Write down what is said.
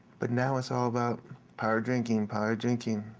but now it's all about power drinking, power drinking.